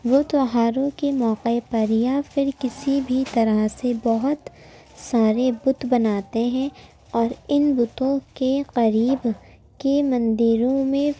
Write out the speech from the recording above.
وہ تہواروں کے موقعے پر یا پھر کسی بھی طرح سے بہت سارے بُت بناتے ہیں اور اِن بُتوں کے قریب کے مندروں میں